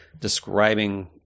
describing